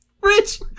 Rich